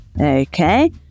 okay